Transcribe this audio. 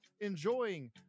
enjoying